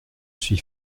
suis